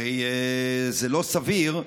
הרי זה לא סביר,